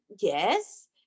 Yes